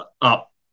up